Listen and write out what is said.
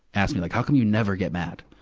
ask me like, how come you never get mad?